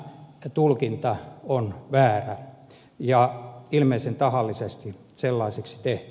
tämä tulkinta on väärä ja ilmeisen tahallisesti sellaiseksi tehty